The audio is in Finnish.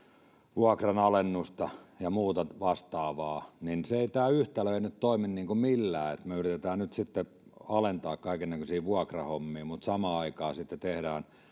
vuokranalennusta ja muuta vastaavaa niin tämä yhtälö ei nyt toimi niin kuin millään että me yritämme nyt alentaa kaiken näköisiä vuokrahommia mutta samaan aikaan sitten teemme